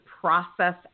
process